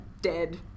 dead